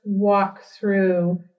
walkthrough